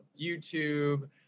YouTube